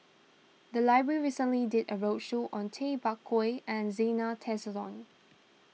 the library recently did a roadshow on Tay Bak Koi and Zena Tessensohn